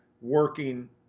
working